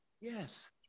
Yes